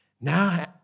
now